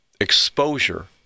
exposure